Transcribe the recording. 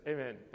Amen